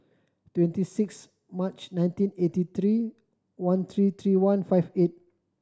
twenty six March nineteen eighty three one three three one five eight